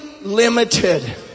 limited